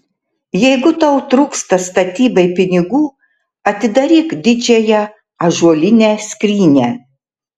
jeigu tau trūksta statybai pinigų atidaryk didžiąją ąžuolinę skrynią